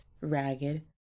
ragged